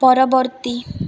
ପରବର୍ତ୍ତୀ